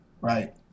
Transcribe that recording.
right